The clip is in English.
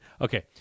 Okay